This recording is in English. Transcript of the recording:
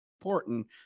important